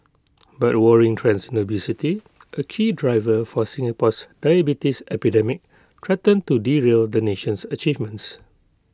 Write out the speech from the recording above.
but worrying trends in obesity A key driver for Singapore's diabetes epidemic threaten to derail the nation's achievements